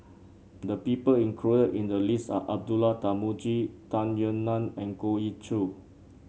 the people included in the list are Abdullah Tarmugi Tung Yue Nang and Goh Ee Choo